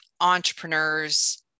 entrepreneurs